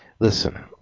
Listen